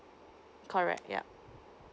correct yeah